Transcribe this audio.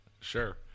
Sure